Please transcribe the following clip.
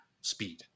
speed